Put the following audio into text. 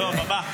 אנחנו גאים בזה.